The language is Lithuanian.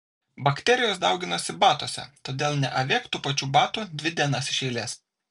bakterijos dauginasi batuose todėl neavėk tų pačių batų dvi dienas iš eilės